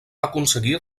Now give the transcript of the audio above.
aconseguir